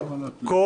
למה רק חברי כנסת?